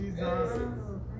Jesus